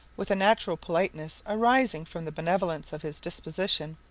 with a natural politeness arising from the benevolence of his disposition,